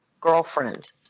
girlfriend